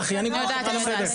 חיים,